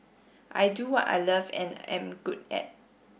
I do what I love and am good at